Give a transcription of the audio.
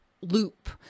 loop